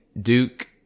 Duke